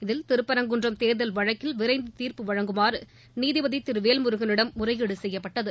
இதில் திருபரங்குன்றம் தேர்தல் வழக்கில் விரைந்து தீர்ப்பு வழங்கமாறு நீதிபதி திரு வேல்முருகனிடம் முறையீடு செய்யப்பட்டது